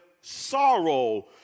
sorrow